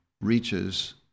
reaches